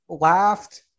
laughed